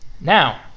Now